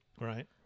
Right